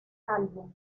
álbum